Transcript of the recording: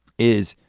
is